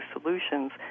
solutions